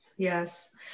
Yes